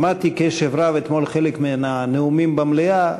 שמעתי בקשב רב אתמול חלק מהנאומים במליאה.